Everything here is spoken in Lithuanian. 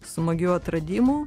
smagių atradimų